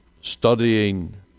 studying